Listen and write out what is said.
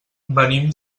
venim